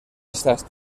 estas